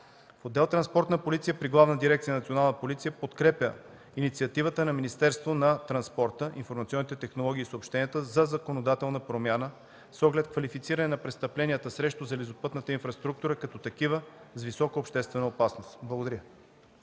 Отдел „Транспортна полиция” при Главна дирекция „Национална полиция” подкрепя инициативата на Министерството на транспорта, информационните технологии и съобщенията за законодателна промяна с оглед квалифициране на престъпленията срещу железопътната инфраструктура като такива с висока обществена опасност. Благодаря